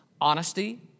honesty